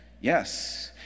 Yes